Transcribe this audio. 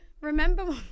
remember